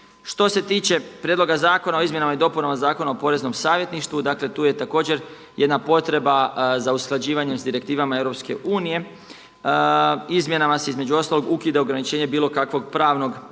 Što se tiče prijedloga zakona o izmjenama i dopunama Zakona o poreznom savjetništvu, dakle tu je također jedna potreba za usklađivanjem s direktivama EU. Izmjenama se između ostalog ukida ograničenje bilo kakvog pravnog